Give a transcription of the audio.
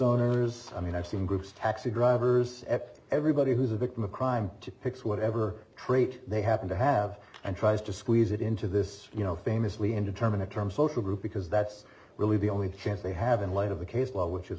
owners i mean i've seen groups taxi drivers everybody who's a victim of crime to pick whatever trait they happen to have and tries to squeeze it into this famously indeterminate term social group because that's really the only chance they have in light of the case law which is